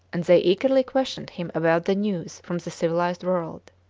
and they eagerly questioned him about the news from the civilised world!